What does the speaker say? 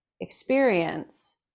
experience